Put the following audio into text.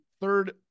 third